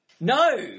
No